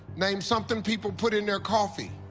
name something people put in their coffee.